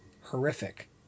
horrific